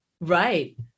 Right